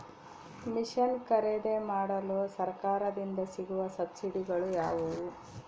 Mission ಖರೇದಿಮಾಡಲು ಸರಕಾರದಿಂದ ಸಿಗುವ ಸಬ್ಸಿಡಿಗಳು ಯಾವುವು?